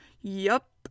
Yup